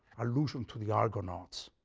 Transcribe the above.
allusion to the argonauts,